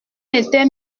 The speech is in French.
était